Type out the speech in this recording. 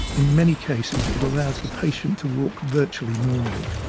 in many cases, it allows the patient to walk virtually normally.